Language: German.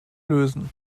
lösen